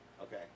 Okay